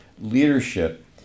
leadership